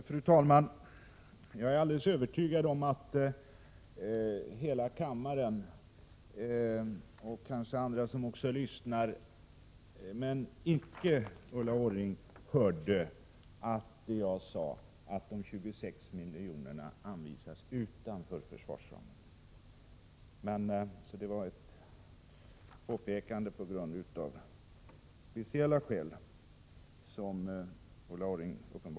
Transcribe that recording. Fru talman! Jag är alldeles övertygad om att alla i denna kammare och även övriga som kanske också lyssnar — förutom Ulla Orring — hörde att jag sade att de 26 miljonerna anvisas utanför försvarsramen. Det var uppenbarligen speciella skäl som föranledde Ulla Orrings påpekande.